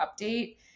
update